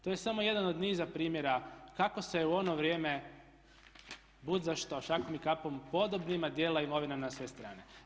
To je samo jedan od niza primjera kako se u ono vrijeme bud zašto šakom i kapom podobnima dijelila imovina na sve strane.